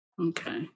Okay